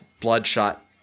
bloodshot